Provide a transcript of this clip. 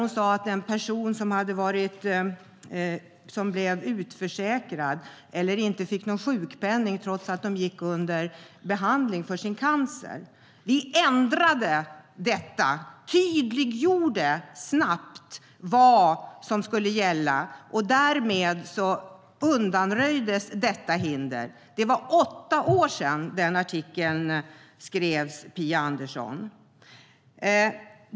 Hon sade att en person blev utförsäkrad eller inte fick någon sjukpenning trots att personen var under behandling för sin cancer. Vi ändrade detta och tydliggjorde snabbt vad som skulle gälla. Därmed undanröjdes detta hinder. Det var åtta år sedan den artikeln skrevs, Phia Andersson.